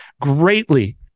greatly